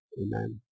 Amen